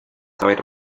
haber